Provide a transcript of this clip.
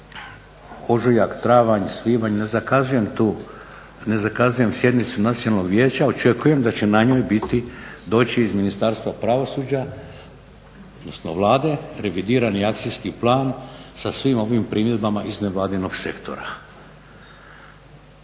ožujak, travanj, svibanj ne zakazuje sjednicu Nacionalnog vijeća, očekujem da će na njoj biti, doći iz ministarstva pravosuđa, odnosno Vlade revidirani akcijski plan sa svim ovim primjedbama iz nevladinog sektora.